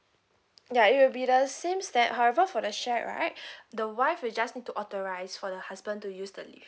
ya it will be the same step however for the shared right the wife will just need to authorise for the husband to use the leave